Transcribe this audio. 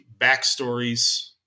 backstories